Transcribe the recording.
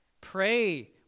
Pray